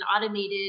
automated